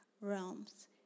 realms